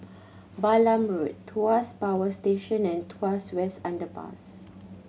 Balam Road Tuas Power Station and Tuas West Underpass